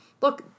Look